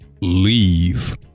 leave